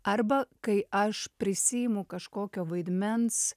arba kai aš prisiimu kažkokio vaidmens